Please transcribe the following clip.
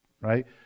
right